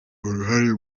uruhare